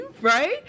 right